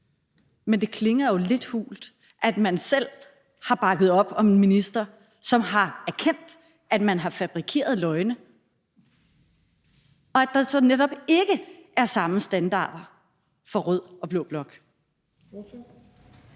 Men det klinger jo lidt hult, når man selv har bakket op om en minister, som har erkendt, at man har fabrikeret løgne, og at der så netop ikke er samme standarder for rød og blå blok.